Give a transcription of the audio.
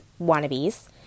wannabes